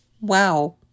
Wow